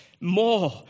more